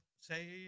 Say